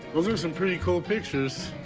those are some pretty cool pictures.